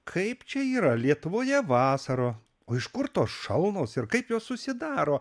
kaip čia yra lietuvoje vasara o iš kur tos šalnos ir kaip jos susidaro